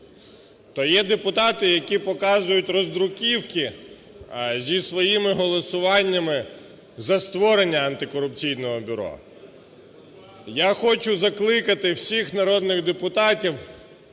то є депутати, які показують роздруківки зі своїми голосуваннями за створення антикорупційного бюро. Я хочу закликати всіх народних депутатів